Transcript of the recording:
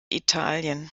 italien